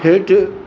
हेठि